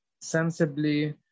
sensibly